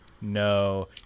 No